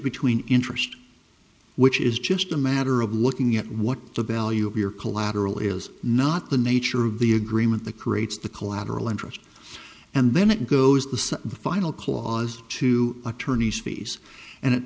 between interest which is just a matter of looking at what the value of your collateral is not the nature of the agreement the creates the collateral interest and then it goes the final clause to attorney's fees and it